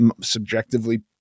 subjectively